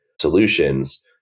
solutions